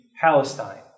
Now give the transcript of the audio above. Palestine